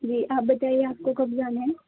جی آپ بتائیے آپ کو کب جانا ہے